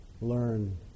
learn